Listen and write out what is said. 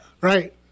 Right